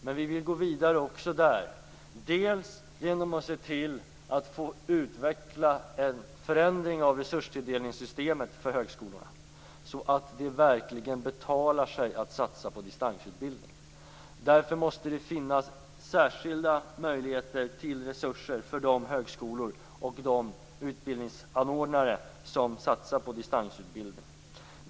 Men vi vill också där gå vidare genom att se till att få utveckla en förändring av resurstilldelningssystemet för högskolorna så att det verkligen betalar sig att satsa på distansutbildning. Därför måste det finnas särskilda möjligheter till resurser för de högskolor och de utbildningsanordnare som satsar på distansutbildning.